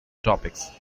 topics